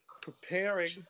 preparing